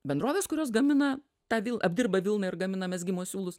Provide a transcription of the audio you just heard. bendrovės kurios gamina tą vil apdirba vilną ir gamina mezgimo siūlus